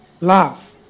love